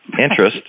interest